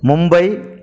Mumbai